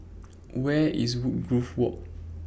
Where IS Woodgrove Walk